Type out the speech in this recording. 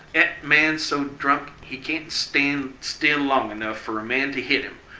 at man's so drunk he can't stan still long enough for a man to hit him.